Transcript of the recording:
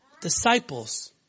disciples